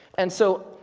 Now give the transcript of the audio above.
and so,